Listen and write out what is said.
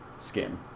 skin